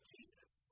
Jesus